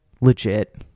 legit